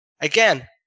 again